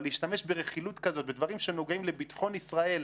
להשתמש ברכילות כזאת בדברים שנוגעים לביטחון ישראל,